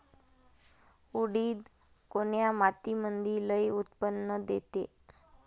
उडीद कोन्या मातीमंदी लई उत्पन्न देते?